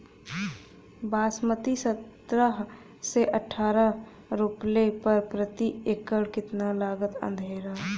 बासमती सत्रह से अठारह रोपले पर प्रति एकड़ कितना लागत अंधेरा?